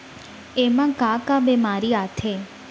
एमा का का बेमारी आथे?